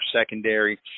secondary